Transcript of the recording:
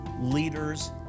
leaders